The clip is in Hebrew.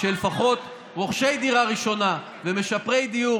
שלפחות רוכשי דירה ראשונה ומשפרי דיור